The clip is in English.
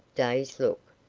dazed look,